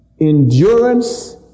endurance